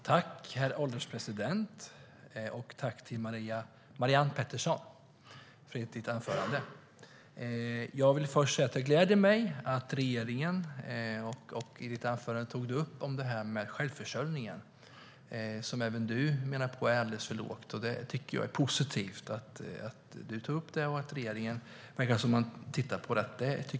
Herr ålderspresident! Tack, Marianne Pettersson, för ditt anförande! Jag vill först säga att jag gläder mig åt att Marianne Pettersson i sitt anförande tog upp frågan om självförsörjning. Även du menar att den är alldeles för låg. Det är positivt att du tog upp frågan och att regeringen tittar på den. Det är positivt.